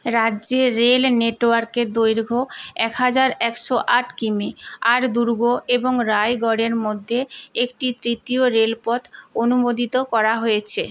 রাজ্যে রেল নেটওয়ার্কের দৈর্ঘ্য এক হাজার একশো আট কিমি আর দুর্গ এবং রায়গড়ের মধ্যে একটি তৃতীয় রেলপথ অনুমোদিত করা হয়েছে